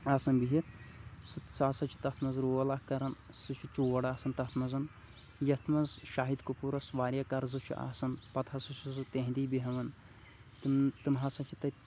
آسان بِہِتھ سُہ ہسا چھُ تتھ منٛز رول اَکھ کَران سُہ چھُ چور آسان تتھ منٛز یتھ منٛز شاہد کپوٗرس واریاہ قرضہٕ چھُ آسان پتہٕ ہسا چھُ سُہ تِہٕنٛدِی بیٚہوان تِم تِم ہسا چھِ تٔتۍ